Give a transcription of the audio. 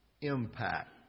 impact